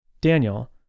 Daniel